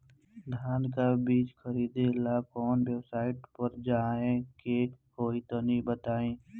धान का बीज खरीदे ला काउन वेबसाइट पर जाए के होई तनि बताई?